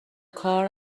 کار